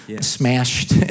smashed